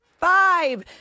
Five